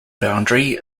boundary